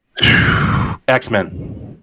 X-Men